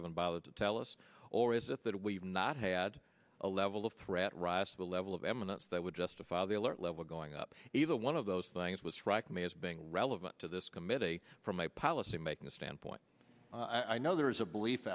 haven't bothered to tell us or is it that we've not had a level of threat rise to the level of evidence that would justify the alert level going up either one of those things was frank me as being relevant to this committee from a policy making standpoint i know there is a belief